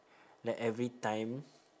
like every time